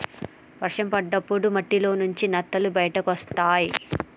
వర్షం పడ్డప్పుడు మట్టిలోంచి నత్తలు బయటకొస్తయ్